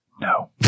No